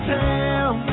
town